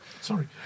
sorry